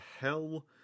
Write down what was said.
hell